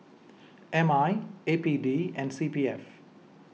M I A P D and C P F